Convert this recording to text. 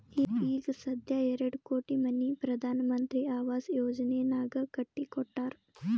ಈಗ ಸಧ್ಯಾ ಎರಡು ಕೋಟಿ ಮನಿ ಪ್ರಧಾನ್ ಮಂತ್ರಿ ಆವಾಸ್ ಯೋಜನೆನಾಗ್ ಕಟ್ಟಿ ಕೊಟ್ಟಾರ್